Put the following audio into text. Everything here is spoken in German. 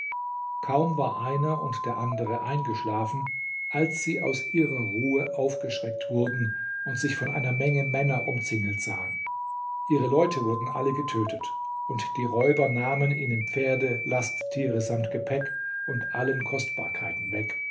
kaum war einer und der andere eingeschlafen als sie aus ihrer ruhe aufgeschreckt wurden und sich von einer menge männer umzingelt sahen ihre leute wurden alle getötet und die räuber nahmen ihnen pferde lasttiere samt gepäck und allen kostbarkeiten weg